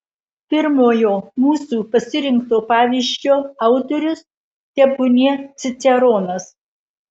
pirmojo mūsų pasirinkto pavyzdžio autorius tebūnie ciceronas